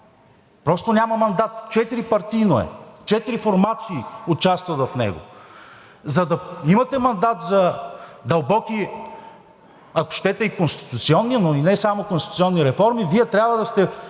просто няма мандат – четирипартийно е, четири формации участват в него. За да имате мандат за дълбоки, ако щете и конституционни, но не само конституционни реформи, Вие трябва да сте